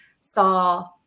saw